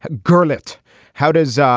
gurlitt how does. ah